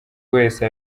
wese